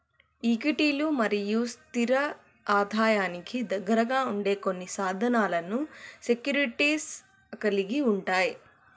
ఈక్విటీలు మరియు స్థిర ఆదాయానికి దగ్గరగా ఉండే కొన్ని సాధనాలను సెక్యూరిటీస్ కలిగి ఉంటయ్